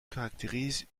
caractérise